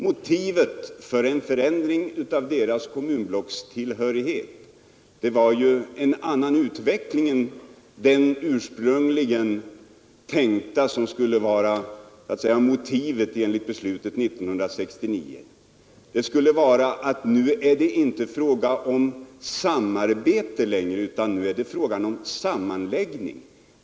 Som motiv för en förändring av Alftas kommunblockstillhörighet har bl.a. framförts att det efter riksdagsbeslutet 1969 inte längre bara skulle vara fråga om ett samarbete inom blocket utan om en sammanläggning.